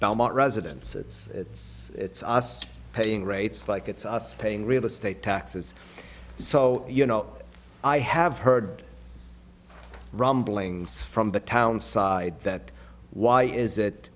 belmont residents it's it's it's us paying rates like it's us paying real estate taxes so you know i have heard rumblings from the town side that why is that